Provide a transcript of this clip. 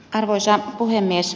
arvoisa puhemies